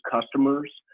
customers